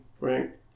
right